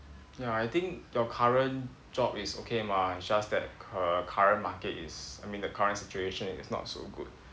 ya I think your current job is okay mah it's just that cu~ current market is I mean the current situation is not so good